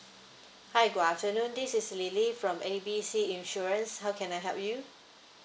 hi good afternoon this is lily from A B C insurance how can I help you